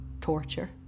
torture